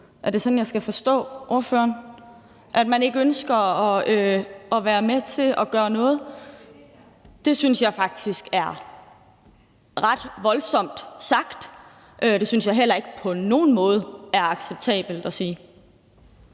det sådan, at man mener, vi ikke ønsker at være med til at gøre noget? Det synes jeg faktisk er ret voldsomt sagt. Det synes jeg heller ikke på nogen måde er acceptabelt at sige.